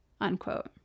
unquote